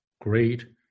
great